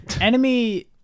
Enemy